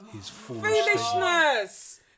Foolishness